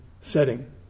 setting